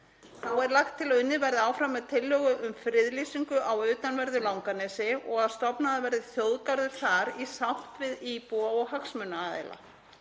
Þá er lagt til að unnið verði áfram með tillögu um friðlýsingu á utanverðu Langanesi og að stofnaður verði þjóðgarður þar í sátt við íbúa og hagsmunaaðila.